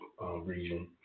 region